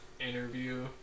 interview